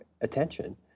attention